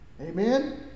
Amen